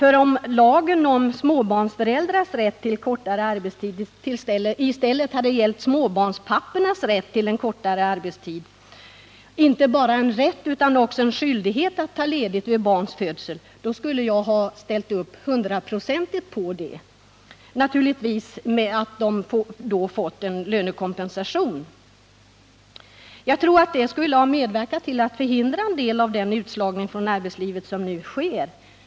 Om lagen till rätt för småbarnsföräldrar till en kortare arbetstid i stället hade gällt småbarnspappornas inte bara rätt utan skyldighet att ta ledigt vid barns födelse skulle jag ha ställt upp hundraprocentigt. Men de skulle naturligtvis då också ha fått en lönekompensation. Jag tror att det skulle medverka till att förhindra en del av den utslagning från arbetet som nu sker.